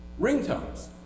Ringtones